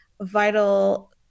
vital